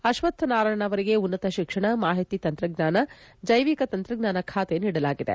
ಅಶ್ವಕ್ಷನಾರಾಯಣಗೆ ಉನ್ನತ ಶಿಕ್ಷಣ ಮಾಹಿತಿ ತಂತ್ರಜ್ಞಾನ ಜೈವಿಕ ತಂತ್ರಜ್ಞಾನ ಖಾತೆ ನೀಡಲಾಗಿದೆ